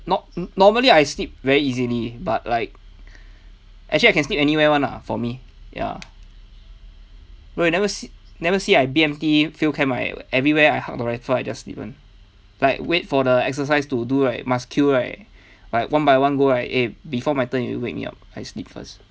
nor~ normally I sleep very easily but like actually I can sleep anywhere [one] lah for me ya bro you never never see I B_M_T field camp right everywhere I hug the rifle I just sleep [one] like wait for the exercise to do right must queue right like one by one go right eh before my turn you wake me up I sleep first